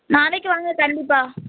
நாளைக்கு வாங்க கண்டிப்பாக